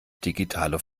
digitale